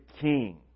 King